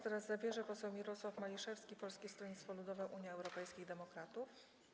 Teraz głos zabierze poseł Mirosław Maliszewski, Polskie Stronnictwo Ludowe - Unia Europejskich Demokratów.